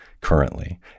currently